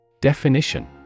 Definition